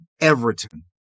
everton